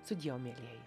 su dievu mielieji